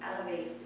elevate